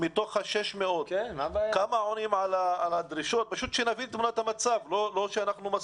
השכלה והכשרות אבל לא הייתה לה המשכיות.